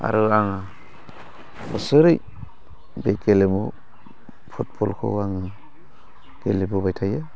आरो आङो बोसोरै बे गेलेमु फुटबलखौ आङो गेलेबोबाय थायो